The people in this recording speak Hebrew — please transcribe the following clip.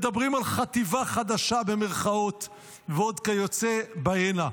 מדברים על 'חטיבה חדשה', ועוד כיוצא בהנה.